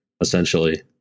essentially